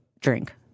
drink